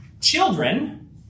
Children